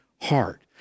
heart